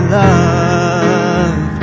love